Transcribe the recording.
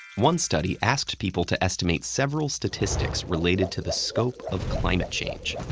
one study asked people to estimate several statistics related to the scope of climate change.